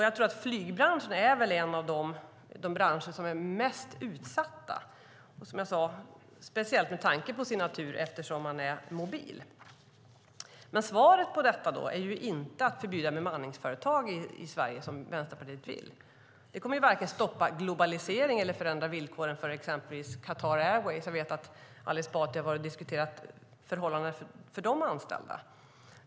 Jag tror att flygbranschen är en av de mest utsatta branscherna speciellt med tanke på dess natur, som jag sade, eftersom man är mobil. Svaret är inte att förbjuda bemanningsföretag i Sverige, som Vänsterpartiet vill. Det kommer varken att stoppa globaliseringen eller förändra villkoren för exempelvis Qatar Airways. Jag vet att Ali Esbati har diskuterat förhållandena för deras anställda.